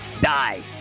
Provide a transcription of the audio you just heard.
die